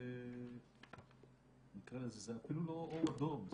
זה אפילו לא אור אדום,